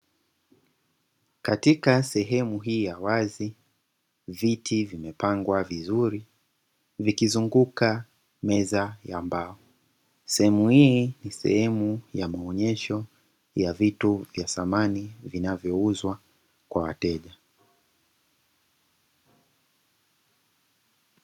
Katika sehemu hii ya wazi viti vimepangwa vizuri vikizunguka meza za mbao, sehemu hii ni sehemu ya maonyesho ya vitu vya samani vinavyouzwa kwa wateja.